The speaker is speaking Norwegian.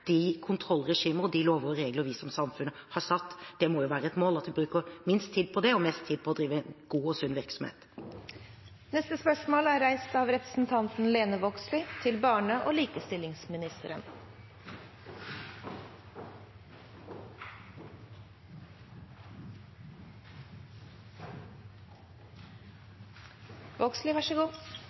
de kontrollregimer og de lover og regler vi som samfunn har satt. Det må være et mål at vi bruker minst tid på det og mest tid på å drive god og sunn virksomhet. Spørsmålet mitt til barne- og likestillingsministeren er